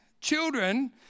children